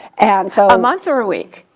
and so a month or a week?